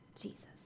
Jesus